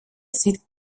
світ